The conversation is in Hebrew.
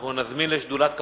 אנחנו נזמין לשדולת כחול-לבן,